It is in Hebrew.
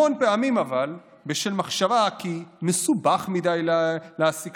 אבל המון פעמים בשל מחשבה שמסובך מדי להעסיק